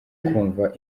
kumva